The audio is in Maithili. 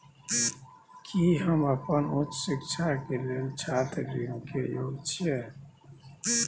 की हम अपन उच्च शिक्षा के लेल छात्र ऋण के योग्य छियै?